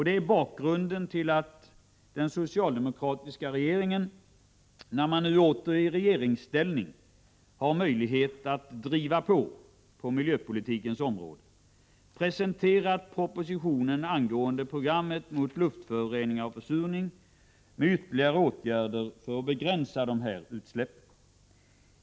Det är bakgrunden till att den socialdemokratiska regeringen — när socialdemokraterna nu åter är i regeringsställning och har möjlighet att driva på på miljöpolitikens område — har presenterat propositionen angående program mot luftföroreningar och försurning med ytterligare åtgärder för att begränsa dessa utsläpp.